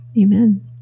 Amen